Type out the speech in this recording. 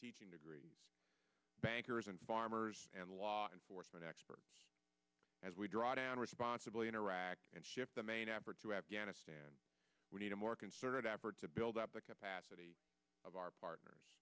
teaching degree bankers and farmers and law enforcement experts as we draw down responsibly in iraq and shift the main advert to afghanistan we need a more concerted effort to build up the capacity of our partners